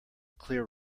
clear